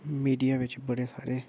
media बिच्च बड़े सारे